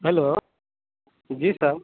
hello ji sir